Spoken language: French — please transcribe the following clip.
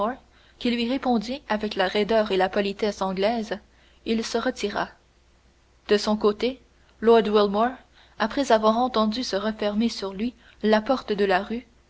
qui lui répondit avec la raideur et la politesse anglaises il se retira de son côté lord wilmore après avoir entendu se refermer sur lui la porte de la rue